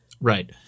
right